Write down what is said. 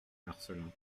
marcelin